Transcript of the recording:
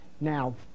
Now